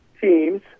teams